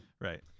Right